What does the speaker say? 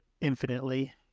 infinitely